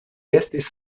estis